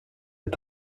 est